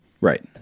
Right